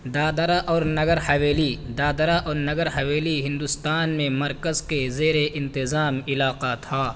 دادرا اور نگر حویلی دادرا اور نگر حویلی ہندوستان میں مرکز کے زیر انتظام علاقہ تھا